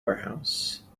warehouse